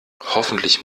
hoffentlich